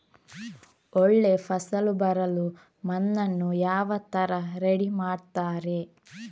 ಒಳ್ಳೆ ಫಸಲು ಬರಲು ಮಣ್ಣನ್ನು ಯಾವ ತರ ರೆಡಿ ಮಾಡ್ತಾರೆ?